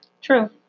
True